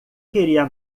queria